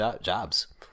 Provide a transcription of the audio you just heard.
jobs